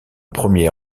premier